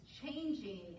changing